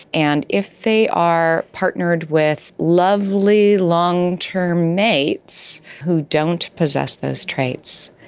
and if they are partnered with lovely long-term mates who don't possess those traits,